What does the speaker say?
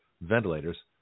ventilators